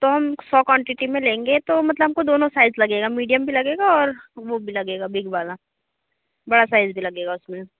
तो हम सौ क्वानटिटी में लेंगे तो मतलब हमको दोनों साइज़ लगेगा मीडियम भी लगेगा और वह भी लगेगा बिग वाला बड़ा साइज़ भी लगेगा उसमें